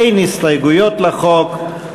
אין הסתייגויות לחוק,